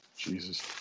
Jesus